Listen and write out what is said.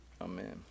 Amen